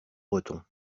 breton